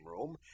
room